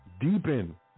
deepen